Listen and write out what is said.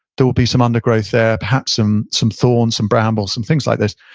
there will be some undergrowth there perhaps some some thorns, some brambles, some things like this,